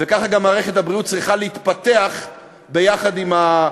וככה גם מערכת הבריאות צריכה להתפתח ביחד עם,